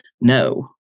no